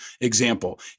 example